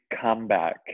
comeback